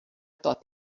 thought